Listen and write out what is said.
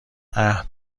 عهد